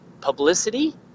publicity